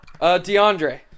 DeAndre